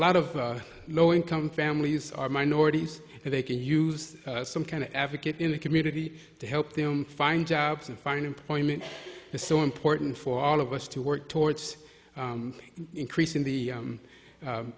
a lot of low income families are minorities and they could use some kind of advocate in the community to help them find jobs and find employment is so important for all of us to work towards increasing the